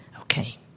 Okay